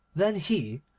then he,